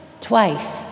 twice